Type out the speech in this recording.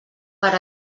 per